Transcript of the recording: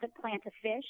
Plant-A-Fish